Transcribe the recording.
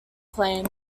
plain